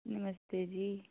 नमस्ते जी